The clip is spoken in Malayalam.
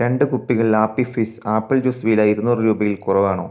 രണ്ട് കുപ്പികൾ ആപ്പി ഫിസ് ആപ്പിൾ ജ്യൂസ് വില ഇരുനൂറ് രൂപയിൽ കുറവാണോ